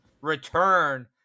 return